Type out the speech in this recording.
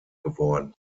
geworden